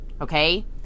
okay